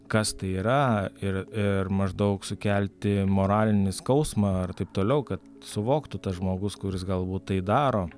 kas tai yra ir ir maždaug sukelti moralinį skausmą ar taip toliau kad suvoktų tas žmogus kuris galbūt tai daro